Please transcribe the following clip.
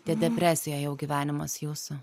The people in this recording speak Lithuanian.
tie depresijoj jau gyvenimas jūsų